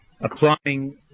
Applying